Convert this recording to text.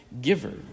giver